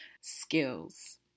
skills